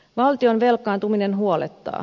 valtion velkaantuminen huolettaa